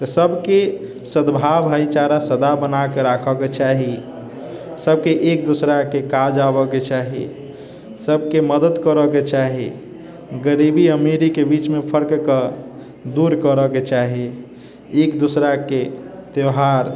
तऽ सबके सद्भाव भाइचारा सदा बनाके राखैके चाही सबके एक दोसराके काज आबैके चाही सबके मदद करऽ के चाही गरीबी अमीरीके बीचमे फर्कके दूर करऽ के चाही एक दोसराके त्योहार